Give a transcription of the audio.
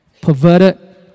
perverted